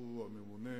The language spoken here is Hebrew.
שהוא הממונה,